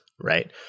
Right